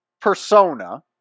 persona